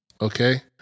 okay